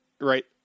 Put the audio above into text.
Right